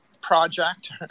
project